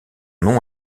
nom